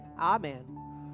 Amen